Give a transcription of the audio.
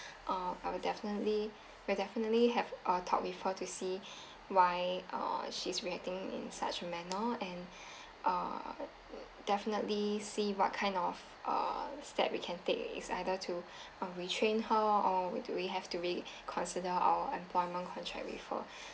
uh I will definitely we will definitely have our talk with her to see why uh she's reacting in such a manner and uh definitely see what kind of uh step we can take it's either to uh retrain her or do we have to reconsider our employment contract with her